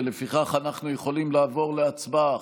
ולפיכך אנחנו יכולים לעבור להצבעה.